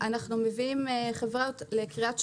אנחנו מביאים חברות לקריית שמונה,